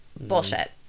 bullshit